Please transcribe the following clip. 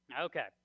Okay